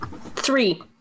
three